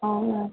అవునా